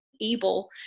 able